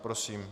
Prosím.